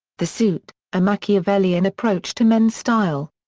the suit a machiavellian approach to men's style.